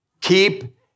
Keep